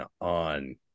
on